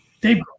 Dave